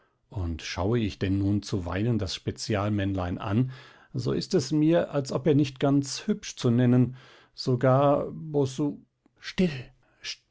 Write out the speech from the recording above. und schaue ich denn nun zuweilen das spezialmännlein an so ist es mir als ob er nicht ganz hübsch zu nennen sogar bossu still